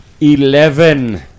Eleven